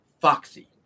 Foxy